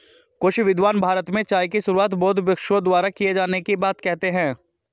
कुछ विद्वान भारत में चाय की शुरुआत बौद्ध भिक्षुओं द्वारा किए जाने की बात कहते हैं